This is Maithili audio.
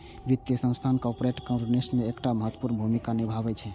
वित्तीय संस्थान कॉरपोरेट गवर्नेंस मे एकटा महत्वपूर्ण भूमिका निभाबै छै